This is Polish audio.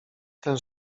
ten